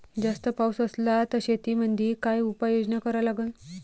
जास्त पाऊस असला त शेतीमंदी काय उपाययोजना करा लागन?